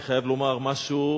אני חייב לומר משהו,